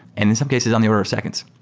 and in some cases on the order of seconds.